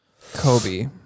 Kobe